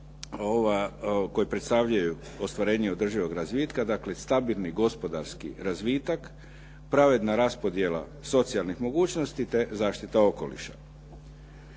koje predstavljaju ostvarenje održivog razvitka, dakle stabilni gospodarski razvitak, pravedna raspodjela socijalnih mogućnosti te zaštita okoliša.